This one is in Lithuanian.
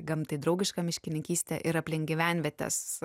gamtai draugiška miškininkystė ir aplink gyvenvietes